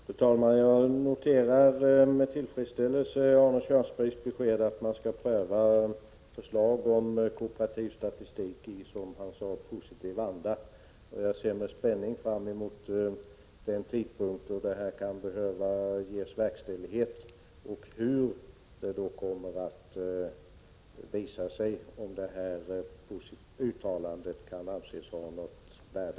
Fru talman! Jag noterar med tillfredsställelse Arne Kjörnsbergs besked att man skall pröva förslag om kooperativ statistik i, som han sade, positiv anda. Jag ser med spänning fram emot den tidpunkt då detta kan behöva verkställas. Då kommer det att visa sig om detta uttalande kan anses ha något värde.